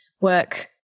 work